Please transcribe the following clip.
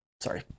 Sorry